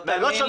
לא.